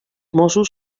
mossos